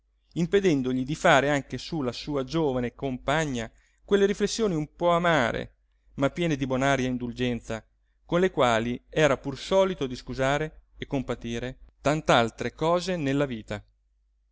impedendogli di fare anche su la sua giovane compagna quelle riflessioni un po amare ma piene di bonaria indulgenza con le quali era pur solito di scusare e compatire tant'altre cose nella vita